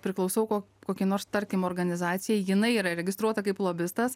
priklausau ko kokiai nors tarkim organizacijai jinai yra registruota kaip lobistas